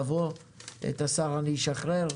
את השר אני אשחרר.